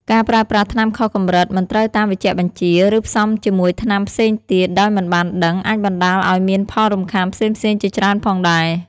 ការប្រើប្រាស់ថ្នាំខុសកម្រិត មិនត្រូវតាមវេជ្ជបញ្ជា ឬផ្សំជាមួយថ្នាំផ្សេងទៀតដោយមិនបានដឹង អាចបណ្ដាលឱ្យមានផលរំខានផ្សេងៗជាច្រើនផងដែរ។